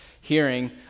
hearing